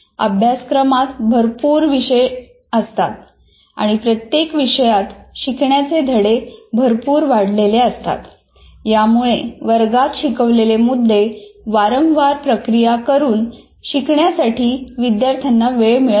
अभ्यासक्रमात भरपूर विषय असतात आणि प्रत्येक विषयात शिकण्याचे धडे भरपूर वाढलेले असतात यामुळे वर्गात शिकवलेले मुद्दे वारंवार प्रक्रिया करून शिकण्यासाठी विद्यार्थ्यांना वेळ मिळत नाही